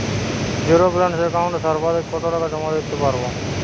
Zero balance একাউন্টে সর্বাধিক কত টাকা জমা দিতে পারব?